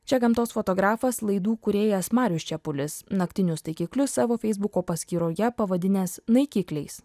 čia gamtos fotografas laidų kūrėjas marius čepulis naktinius taikiklius savo feisbuko paskyroje pavadinęs naikikliais